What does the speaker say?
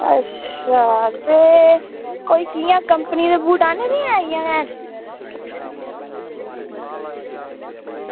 अच्छा ते कोई कि'यां कंपनी दे बूट आह्न्ने दे जां इं'या गै